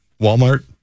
Walmart